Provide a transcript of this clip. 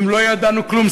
ואם לא ידענו כלום,